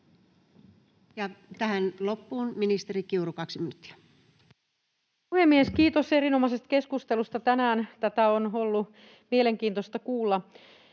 Time: 22:46 Content: Arvoisa puhemies! Kiitos erinomaisesta keskustelusta tänään. Tätä on ollut mielenkiintoista kuulla.